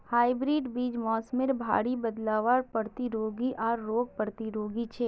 hybrid बीज मोसमेर भरी बदलावर प्रतिरोधी आर रोग प्रतिरोधी छे